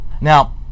Now